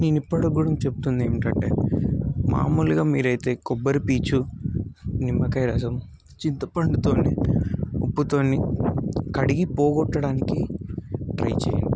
నేను ఇప్పుడు గురించి చెప్తుంది ఏంటంటే మామూలుగా మీరు అయితే కొబ్బరిపీచు నిమ్మకాయ రసం చింతపండుతోని ఉప్పుతోని కడిగి పోగొట్టడానికి ట్రై చేయండి